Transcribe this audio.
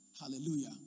Hallelujah